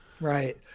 Right